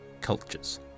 cultures